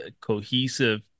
cohesive